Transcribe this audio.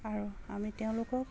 আৰু আমি তেওঁলোকক